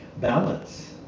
balance